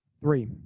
Three